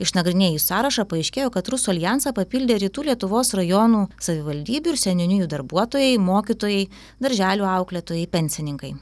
išnagrinėjus sąrašą paaiškėjo kad rusų aljansą papildė rytų lietuvos rajonų savivaldybių ir seniūnijų darbuotojai mokytojai darželių auklėtojai pensininkai